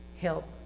help